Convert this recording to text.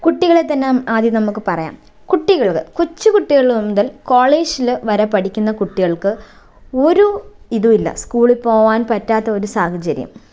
കുട്ടികളെ തന്നെ ആദ്യം നമുക്ക് പറയാം കുട്ടികൾക്ക് കൊച്ചു കുട്ടികള് മുതൽ കോളേജില് വരെ പഠിക്കുന്ന കുട്ടികൾക്ക് ഒരു ഇതുമില്ല സ്കൂളിൽ പോവാൻ പറ്റാത്ത ഒരു സാഹചര്യം